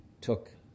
took